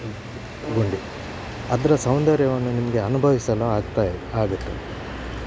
ಗುಂಡಿ ಅದರ ಸೌಂದರ್ಯವನ್ನು ನಿಮಗೆ ಅನುಭವಿಸಲು ಆಗ್ತಾಯಿ ಆಗುತ್ತೆ